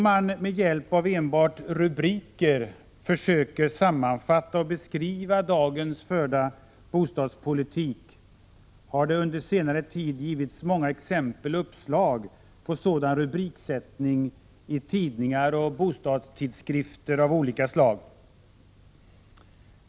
Om man med hjälp av enbart rubriker försöker sammanfatta och beskriva den i dag förda bostadspolitiken, har det under senare tid givits många exempel och uppslag på sådan rubriksättning i tidningar och bostadstidskrif ter av olika slag.